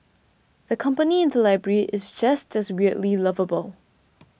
the company in the library is just as weirdly lovable